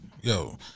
Yo